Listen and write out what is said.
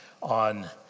on